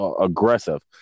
aggressive